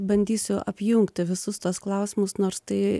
bandysiu apjungti visus tuos klausimus nors tai